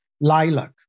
lilac